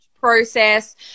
process